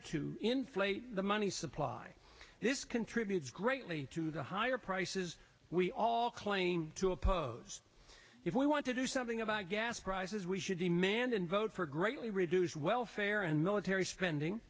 to inflate the money supply this contributes greatly to the higher prices we all claim to oppose if we want to do something about gas prices we should demand and vote for greatly reduced welfare and military spending